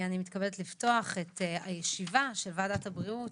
אני מתכבדת לפתוח את ישיבת ועדת הבריאות.